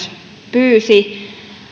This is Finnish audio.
pyysi